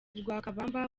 lwakabamba